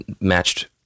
matched